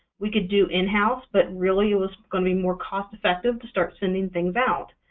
we could do in-house, but really, it was becoming more cost-effective to start sending things out.